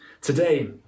Today